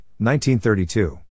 1932